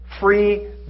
free